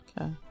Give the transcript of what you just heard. Okay